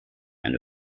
eine